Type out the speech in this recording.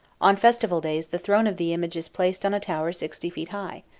on festival days the throne of the image is placed on a tower sixty feet high,